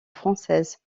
française